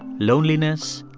loneliness,